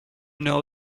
know